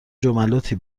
جملاتی